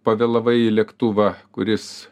pavėlavai į lėktuvą kuris